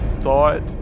thought